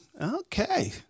Okay